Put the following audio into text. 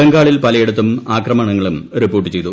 ബംഗാളിൽ പലയിടത്തും അക്രമണങ്ങളും റിപ്പോർട്ട് ചെയ്തു